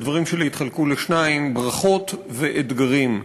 הדברים יתחלקו לשניים: ברכות ואתגרים.